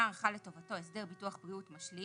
ערכה לטובתו הסדר ביטוח ביטוח בריאות משלים